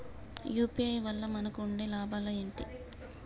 UPI వల్ల మనకు ఉండే లాభాలు ఏంటి?